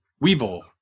Weevil